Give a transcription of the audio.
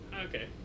Okay